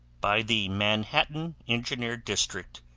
by the manhattan engineer district,